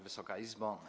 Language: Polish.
Wysoka Izbo!